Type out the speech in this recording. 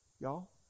Y'all